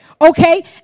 Okay